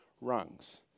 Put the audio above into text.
rungs